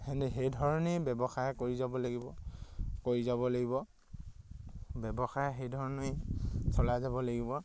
সেনে সেইধৰণেই ব্যৱসায় কৰি যাব লাগিব কৰি যাব লাগিব ব্যৱসায় সেইধৰণেই চলাই যাব লাগিব